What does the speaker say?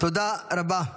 תודה רבה.